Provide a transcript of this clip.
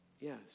Yes